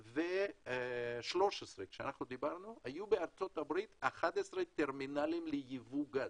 ב-2013 היו בארצות הברית 11 טרמינלים לייבוא גז.